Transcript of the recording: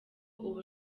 ubu